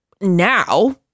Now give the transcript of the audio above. now